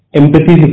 empathy